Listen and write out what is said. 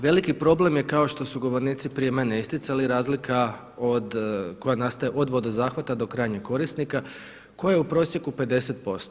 Veliki problem je kao što su govornici prije mene isticali razlika koja nastaje od vodozahvata do krajnjeg korisnika koja je u prosjeku 50%